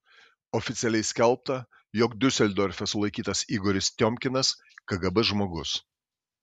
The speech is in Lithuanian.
oficialiai skelbta jog diuseldorfe sulaikytas igoris tiomkinas kgb žmogus